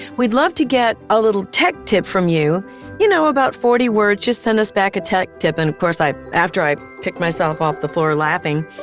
we'd love to get a little tech tip from you you know about forty words. just send us back a tech tip. and of course, after i picked myself off the floor laughing,